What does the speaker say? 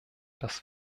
das